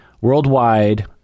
worldwide